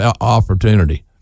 opportunity